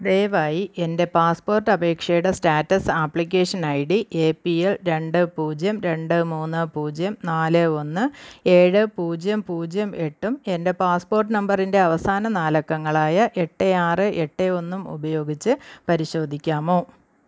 ദയവായി എൻ്റെ പാസ്പോർട്ട് അപേക്ഷയുടെ status application I D A P L രണ്ട് പൂജ്യം രണ്ട് മൂന്ന് പൂജ്യം നാല് ഒന്ന് ഏഴ് പൂജ്യം പൂജ്യം എട്ടും എൻ്റെ പാസ്പോർട്ട് നമ്പറിൻ്റെ അവസാന നാലക്കങ്ങളായ എട്ട് ആറ് എട്ട് ഒന്നും ഉപയോഗിച്ച് പരിശോധിക്കാമോ